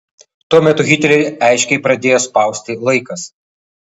tuo metu hitlerį aiškiai pradėjo spausti laikas